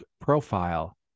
profile